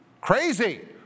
Crazy